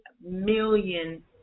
million